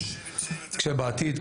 כשבעתיד,